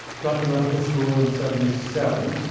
got to medical school in seventy seven,